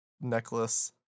necklace